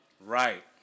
Right